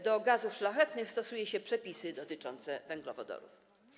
Do gazów szlachetnych stosuje się przepisy dotyczące węglowodorów.